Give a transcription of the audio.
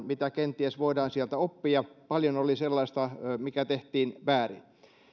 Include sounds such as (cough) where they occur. (unintelligible) mitä kenties voidaan sieltä oppia paljon oli sellaista mikä tehtiin väärin